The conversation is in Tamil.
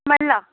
ஸ்மெல்லா